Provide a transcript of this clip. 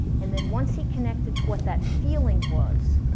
and then once he connected to what that feeling was,